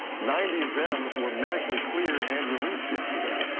ninety of them were medically cleared and released yesterday.